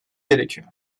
gerekiyor